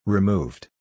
Removed